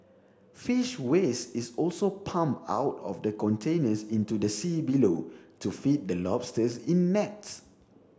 fish waste is also pumped out of the containers into the sea below to feed the lobsters in nets